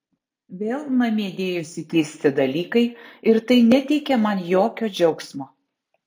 vėl namie dėjosi keisti dalykai ir tai neteikė man jokio džiaugsmo